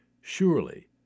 Surely